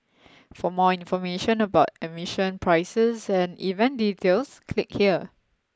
for more information about admission prices and event details click here